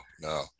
no